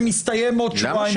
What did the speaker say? שמסתיים בעוד שבועיים וחצי.